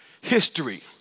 history